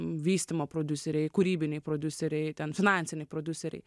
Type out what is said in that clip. vystymo prodiuseriai kūrybiniai prodiuseriai ten finansiniai prodiuseriai